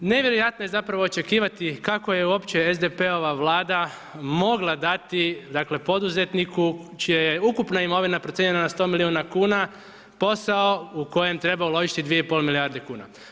Nevjerojatno je zapravo očekivati kako je uopće SDP-ova Vlada mogla dati dakle poduzetniku čija je ukupna imovina procijenjena na 100 milijuna kuna, posao u kojem treba uložiti 2,5 milijarde kuna.